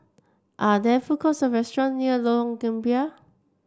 are there food courts or restaurant near Lorong Gambir